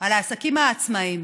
על העסקים העצמאיים?